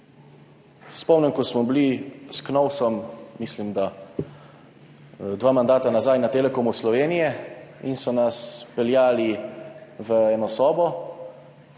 Spomnim se, ko smo bili s Knovsom, mislim, da dva mandata nazaj, na Telekomu Slovenije in so nas peljali v eno sobo